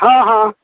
हँ हँ